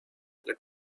let